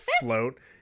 float